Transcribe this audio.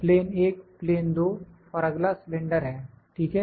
plane 1 plane 2 और अगला cylinder है ठीक है